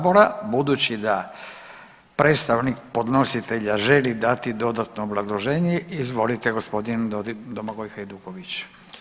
Budući da predstavnik podnositelja želi dati dodatno obrazloženje, izvolite g. Domagoj Hajduković.